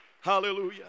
Hallelujah